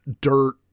dirt